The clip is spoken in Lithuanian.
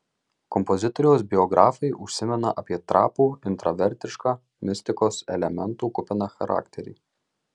kompozitoriaus biografai užsimena apie trapų intravertišką mistikos elementų kupiną charakterį